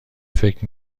فکر